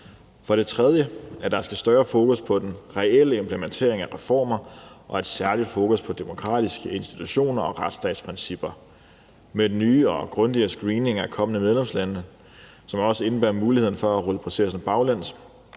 For det tredje skal der større fokus på den reelle implementering af reformer og et særligt fokus på demokratiske institutioner og retsstatsprincipper. Med den nye og grundigere screening af kommende medlemslande, som også indebærer muligheden for at rulle processen baglæns,